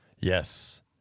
Yes